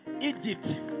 Egypt